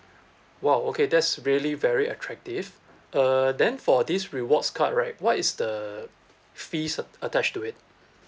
!wow! okay that's really very attractive err then for this rewards card right what is the fees attached to it